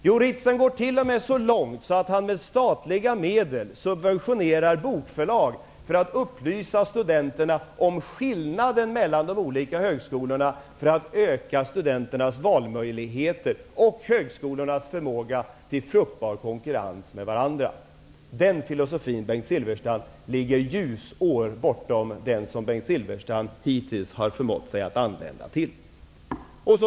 Jo Ritzen går t.o.m. så långt att han med statliga medel subventionerar bokförlag för att upplysa studenterna om skillnaden mellan de olika högskolorna, för att öka studenternas valmöjligheter och högskolornas förmåga till fruktbar konkurrens med varandra. Den filosofin ligger ljusår bortom den som Bengt Silfverstrand hittills har förmått sig att anlända till.